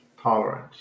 Tolerance